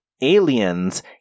aliens